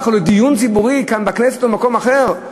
ולדיון ציבורי כאן בכנסת או במקום אחר?